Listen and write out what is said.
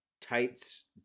tights